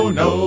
no